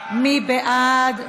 מי בעד?